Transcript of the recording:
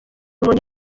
umuntu